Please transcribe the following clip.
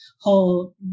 whole